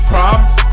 Problems